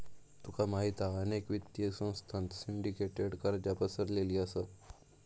तुका माहित हा अनेक वित्तीय संस्थांत सिंडीकेटेड कर्जा पसरलेली असत